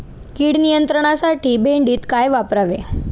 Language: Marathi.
कीड नियंत्रणासाठी भेंडीत काय वापरावे?